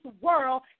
world